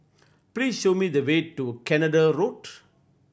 please show me the way to Canada Road